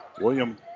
William